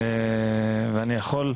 ואני יכול,